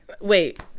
Wait